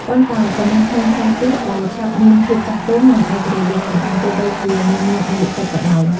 ប៉ុន្តែក៏មានក្មេងខ្លះទៀតដែលឆាប់មានភាពចាស់ទុំ និងឯករាជ្យលើខ្លួនឯង ទោះបីជានៅមានអាយុតិចក៏ដោយ។